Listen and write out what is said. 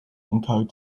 encode